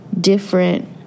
different